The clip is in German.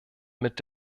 mit